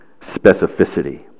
specificity